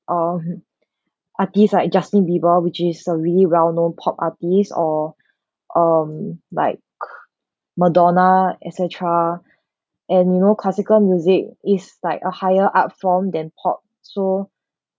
um artist like justin bieber which is a really well-known pop artist or um like madonna et cetera and you know classical music is like a higher up form than pop so